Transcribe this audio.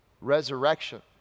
resurrection